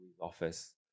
office